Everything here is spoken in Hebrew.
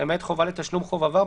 למעט חובה לתשלום חוב עבר,